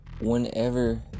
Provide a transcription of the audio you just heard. whenever